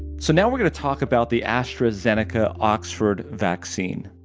so now we're gonna talk about the astrazeneca-oxford vaccine,